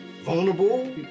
vulnerable